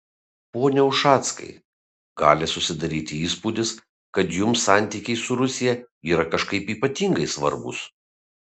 pone ušackai gali susidaryti įspūdis kad jums santykiai su rusija yra kažkaip ypatingai svarbūs